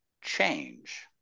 change